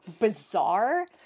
bizarre